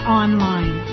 online